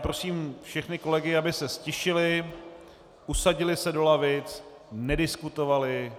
Prosím všechny kolegy, aby se ztišili, usadili se do lavic, nediskutovali.